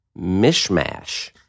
mishmash